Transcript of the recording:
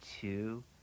two